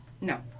No